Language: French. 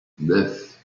neuf